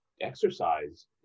exercise